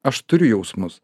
aš turiu jausmus